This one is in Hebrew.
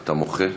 אתה מוחה?